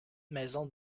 maison